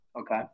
Okay